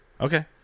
Okay